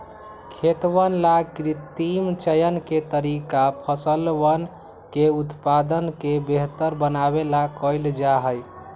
खेतवन ला कृत्रिम चयन के तरीका फसलवन के उत्पादन के बेहतर बनावे ला कइल जाहई